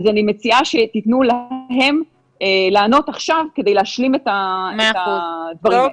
אז אני מציעה שתתנו להם לענות עכשיו כדי להשלים את הדברים האלה.